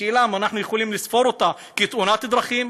השאלה היא אם אנחנו יכולים לספור אותה כתאונת דרכים.